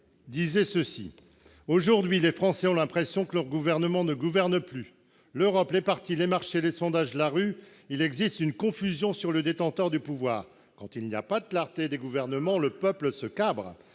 écrivait :« Aujourd'hui, les Français ont l'impression que leurs gouvernements ne gouvernent plus. L'Europe, les partis, les marchés, les sondages, la rue, il existe une confusion sur le détenteur du pouvoir. Quand il n'y a pas de clarté du Gouvernement, le peuple se cabre.